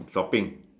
shopping